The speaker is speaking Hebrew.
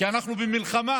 כי אנחנו במלחמה,